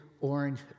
orange